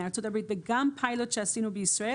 מארצות הברית וגם פיילוט שעשינו בישראל